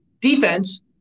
defense